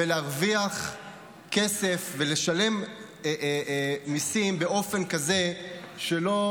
להרוויח כסף ולשלם מיסים באופן כזה שלא